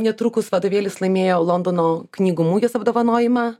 netrukus vadovėlis laimėjo londono knygų mugės apdovanojimą